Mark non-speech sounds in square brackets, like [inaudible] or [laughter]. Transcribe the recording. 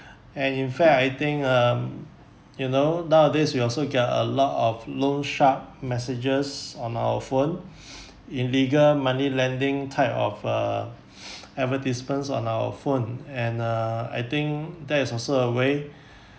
[breath] and in fact I think um you know nowadays we also got a lot of loan shark messages on our phone [breath] illegal money lending type of uh [breath] advertisements on our phone and uh I think that is also a way